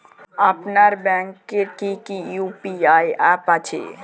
আপনার ব্যাংকের কি কি ইউ.পি.আই অ্যাপ আছে?